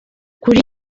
kuri